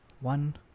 one